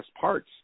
parts